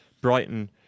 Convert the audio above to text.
Brighton